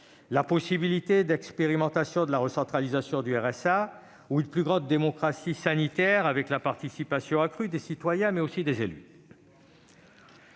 la possibilité d'expérimentation de la recentralisation du RSA ou une plus grande démocratie sanitaire, avec la participation accrue des citoyens, mais aussi des élus.